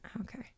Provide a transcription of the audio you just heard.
Okay